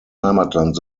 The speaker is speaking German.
heimatland